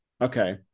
Okay